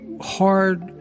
hard